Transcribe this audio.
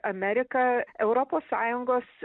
amerika europos sąjungos